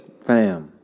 fam